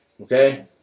Okay